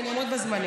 אני אעמוד בזמנים.